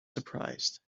surprised